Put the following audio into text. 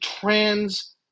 trans